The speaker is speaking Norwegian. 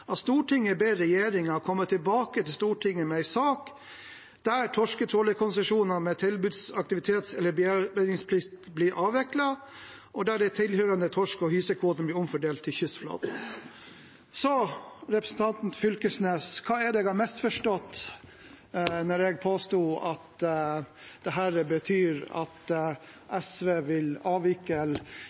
ber regjeringa kome tilbake til Stortinget med ei sak der torsketrålkonsesjonane med tilbods-, aktivitets- eller bearbeidingsplikt blir avvikla, og der dei tilhøyrande torsk- og hysekvotene blir omfordelte til kystflåten.» Så, representanten Knag Fylkesnes: Hva er det jeg har misforstått da jeg påsto at dette betyr at SV vil avvikle